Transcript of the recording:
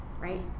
right